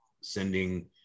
sending